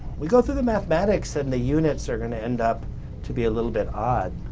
we go through the mathematics and the units are going to end up to be a little bit odd.